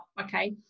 okay